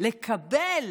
לקבל